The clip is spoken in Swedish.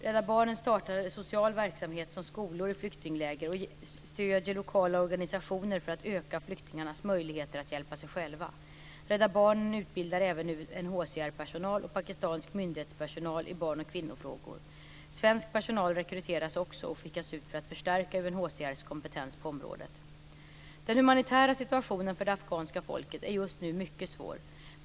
Rädda Barnen startar social verksamhet som skolor i flyktingläger och stöder lokala organisationer för att öka flyktingarnas möjligheter att hjälpa sig själva. Rädda Barnen utbildar även UNHCR-personal och pakistansk myndighetspersonal i barn och kvinnofrågor. Svensk personal rekryteras också och skickas ut för att förstärka UNHCR:s kompetens på området. Den humanitära situationen för det afghanska folket är just nu mycket svår.